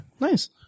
Nice